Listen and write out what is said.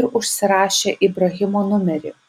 ir užsirašė ibrahimo numerį